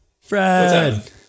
Fred